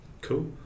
cool